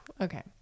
Okay